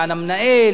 המנהל,